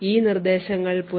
ഈ നിർദ്ദേശങ്ങൾ പുന